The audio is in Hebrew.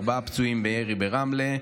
ארבעה פצועים בירי ברמלה.